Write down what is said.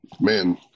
man